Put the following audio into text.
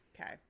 okay